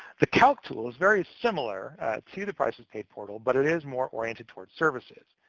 the calc tool is very similar to the prices paid portal, but it is more oriented toward services.